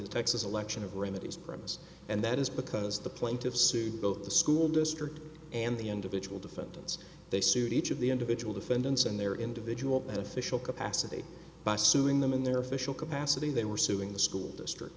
in texas election of remedies prims and that is because the plaintiffs sued both the school district and the individual defendants they sued each of the individual defendants and their individual official capacity by suing them in their official capacity they were suing the school district